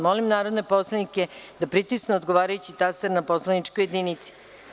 Molim narodne poslanike da pritisnu odgovarajući taster na poslaničkoj jedinici.